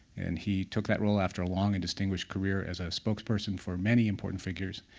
and he took that role after a long and distinguished career as a spokesperson for many important figures,